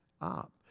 up